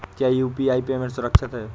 क्या UPI payment सुरक्षित है?